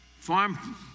Farm